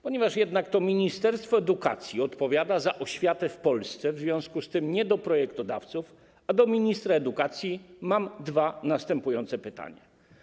Ponieważ jednak to ministerstwo edukacji odpowiada za oświatę w Polsce, w związku z tym nie do projektodawców, a do ministra edukacji mam dwa następujące pytania.